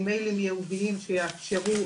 עם מיילים ייעודיים שיאפשרו,